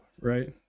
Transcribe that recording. right